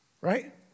Right